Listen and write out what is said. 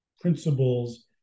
principles